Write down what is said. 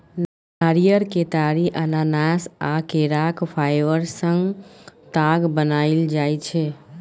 नारियर, केतारी, अनानास आ केराक फाइबर सँ ताग बनाएल जाइ छै